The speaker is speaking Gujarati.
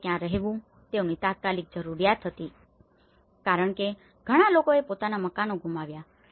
જેમ કે ક્યાં રહેવુ તે તેઓની તાત્કાલિક જરૂરિયાત હતી કારણ કે ઘણા લોકોએ પોતાના મકાનો ગુમાવ્યા